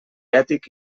ètic